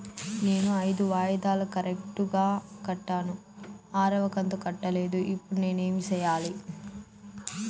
నేను ఐదు వాయిదాలు కరెక్టు గా కట్టాను, ఆరవ కంతు కట్టలేదు, ఇప్పుడు నేను ఏమి సెయ్యాలి?